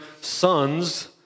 sons